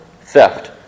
theft